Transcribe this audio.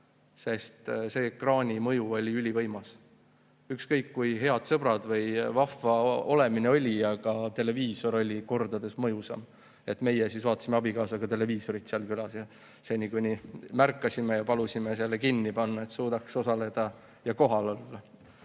Sest see ekraani mõju oli ülivõimas. Ükskõik kui head sõbrad või vahva olemine oli, televiisor oli kordades mõjusam. Meie vaatasime abikaasaga televiisorit seal külas seni, kuni märkasime ja palusime selle kinni panna, et suudaks osaleda ja kohal olla.